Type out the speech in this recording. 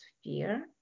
sphere